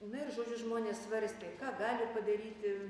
na ir žodžiu žmonės svarstė ką gali padaryti